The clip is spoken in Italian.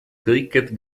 cricket